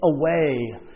away